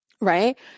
right